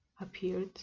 appeared